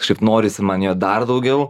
kažkaip norisi man jo dar daugiau